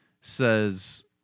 says